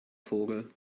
vogel